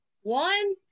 One